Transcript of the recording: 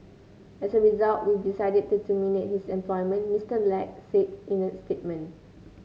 as a result we've decided to terminate his employment Mister Lack said in a statement